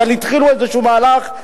אבל התחילו איזשהו מהלך.